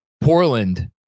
Portland